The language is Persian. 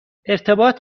ارتباط